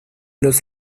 los